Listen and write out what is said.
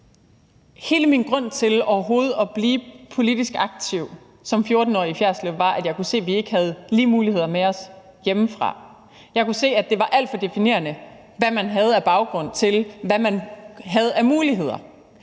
Hele min grund til overhovedet at blive politisk aktiv i Fjerritslev som 14-årig var, at jeg kunne se, at vi ikke havde lige muligheder med os hjemmefra. Jeg kunne se det, og det var altid deprimerende: Hvad man havde af baggrund, i forhold til hvad man havde af muligheder.